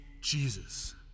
Jesus